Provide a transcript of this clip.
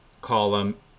column